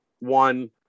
one